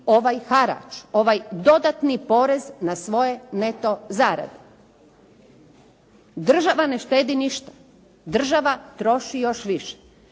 ovaj harač, ovaj dodatni porez na svoje neto zarade. Država ne štedi ništa. Država troši još više